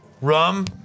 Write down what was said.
rum